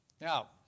Now